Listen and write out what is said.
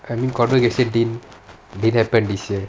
I mean convocation didn't happen this year